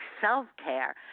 self-care